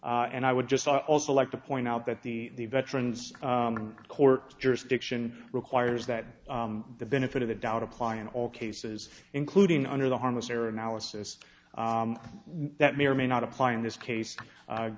and i would just also like to point out that the veterans court jurisdiction requires that the benefit of the doubt apply in all cases including under the harmless error analysis that may or may not apply in this case